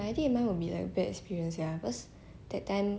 I think I mine will like bad experience sia because that time